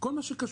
כל מה שקשור.